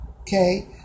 okay